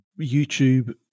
YouTube